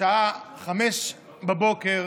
בשעה 05:00,